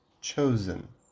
chosen